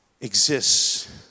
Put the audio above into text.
exists